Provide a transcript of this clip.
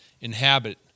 inhabit